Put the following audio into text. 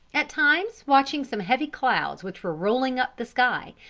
at times watching some heavy clouds which were rolling up the sky,